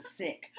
sick